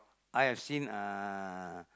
I have seen uh